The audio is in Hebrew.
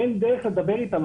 אין דרך לדבר איתם.